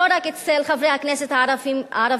לא רק אצל חברי הכנסת הערבים,